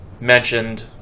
mentioned